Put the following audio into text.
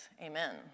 Amen